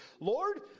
Lord